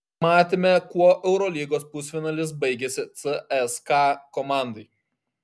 matėme kuo eurolygos pusfinalis baigėsi cska komandai